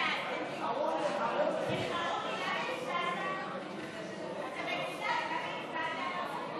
ההצעה להעביר את הנושא לוועדה לא נתקבלה.